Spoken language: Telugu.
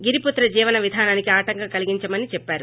గిరిపుత్ర జీవన విధానానికి ఆటంకం కలిగించమని చెప్పారు